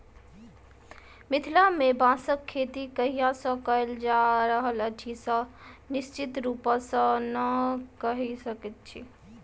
मिथिला मे बाँसक खेती कहिया सॅ कयल जा रहल अछि से निश्चित रूपसॅ नै कहि सकैत छी